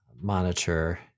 monitor